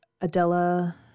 Adela